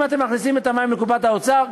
אם אתם מכניסים את המים לקופת האוצר,